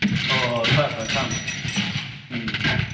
ꯍꯣꯏ ꯍꯣꯏ ꯐꯔꯦ ꯐꯔꯦ ꯊꯝꯃꯦ ꯊꯝꯃꯦ ꯎꯝ ꯎꯝ